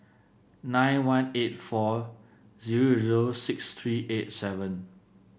nine one eight four zero zero six three eight seven